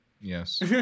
Yes